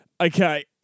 okay